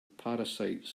parasites